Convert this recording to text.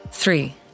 Three